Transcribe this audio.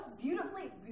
beautifully